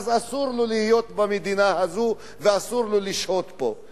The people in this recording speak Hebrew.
אסור לו להיות במדינה הזאת ואסור לו לשהות פה.